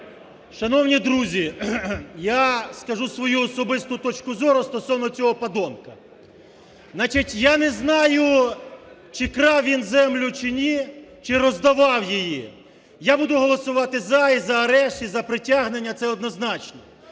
Шановні друзі! Я скажу свою особисту точку зору стосовно цього подонка. Значить, я не знаю, чи крав він землю, чи ні, чи роздавав її, я буду голосувати "за" і за решт, і за притягнення – це однозначно.